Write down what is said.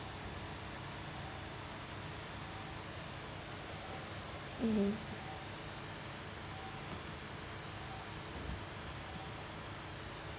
mmhmm